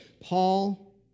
Paul